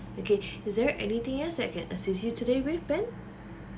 okay is there anything else that I can assist you today with ben